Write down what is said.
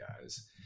guys